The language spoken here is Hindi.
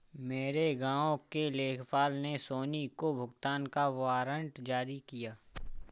मेरे गांव के लेखपाल ने सोनी को भुगतान का वारंट जारी किया